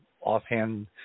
offhand